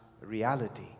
reality